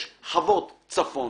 יש חוות צפון,